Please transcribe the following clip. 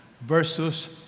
versus